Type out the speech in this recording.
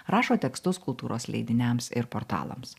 rašo tekstus kultūros leidiniams ir portalams